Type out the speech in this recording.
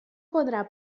podrà